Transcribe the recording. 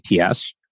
ATS